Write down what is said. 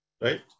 right